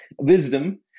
wisdom